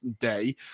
day